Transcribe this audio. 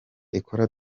ikora